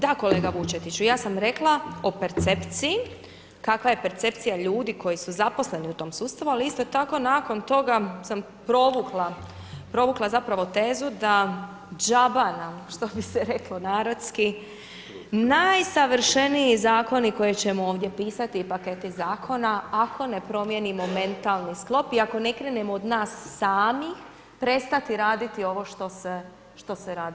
Da, kolega Vučetiću, ja sam rekla o percepciji kakva je percepcija ljudi koji su zaposleni u tom sustavu ali isto tako nakon toga sam provukla zapravo tezu da džaba nam što bi se reklo narodski najsavršeniji zakoni koje ćemo ovdje pisati i paketi zakona ako ne promijenimo mentalni sklop i ako ne krenemo od nas samih prestati raditi ovo što se radi.